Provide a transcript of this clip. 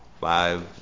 five